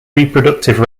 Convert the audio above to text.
reproductive